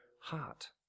heart